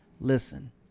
listen